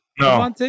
No